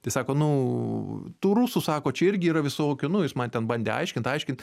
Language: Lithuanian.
tai sako nu tų rusų sako čia irgi yra visokių nu jis man ten bandė aiškint aiškint